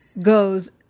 goes